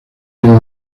tienen